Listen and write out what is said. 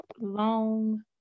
long